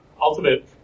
ultimate